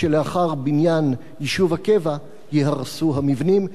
שלאחר בניין יישוב הקבע ייהרסו המבנים.